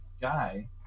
guy